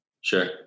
Sure